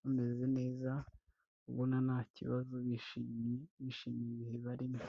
bameze neza ubona nta kibazo bishimye bishimiye ibihe barimo.